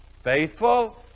faithful